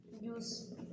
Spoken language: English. use